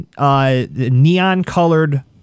neon-colored